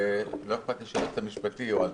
ולא אכפת לי שהייעוץ המשפטי או --- חשוב,